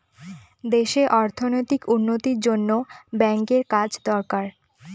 দেশে অর্থনৈতিক উন্নতির জন্য ব্যাঙ্কের কাজ দরকার